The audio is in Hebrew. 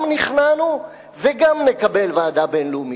גם נכנענו וגם נקבל ועדה בין-לאומית,